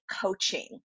coaching